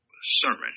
sermon